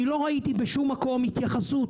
אני לא ראיתי בשום מקום התייחסות